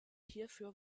hierfür